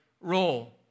role